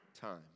time